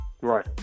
Right